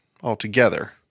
altogether